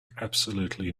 absolutely